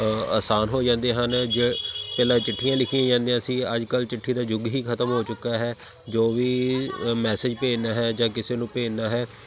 ਆਸਾਨ ਹੋ ਜਾਂਦੇ ਹਨ ਜ ਪਹਿਲਾਂ ਚਿੱਠੀਆਂ ਲਿਖੀਆਂ ਜਾਂਦੀਆਂ ਸੀ ਅੱਜ ਕੱਲ੍ਹ ਚਿੱਠੀ ਦਾ ਯੁੱਗ ਹੀ ਖਤਮ ਹੋ ਚੁੱਕਾ ਹੈ ਜੋ ਵੀ ਮੈਸੇਜ ਭੇਜਣਾ ਹੈ ਜਾਂ ਕਿਸੇ ਨੂੰ ਭੇਜਣਾ ਹੈ